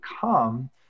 come